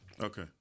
Okay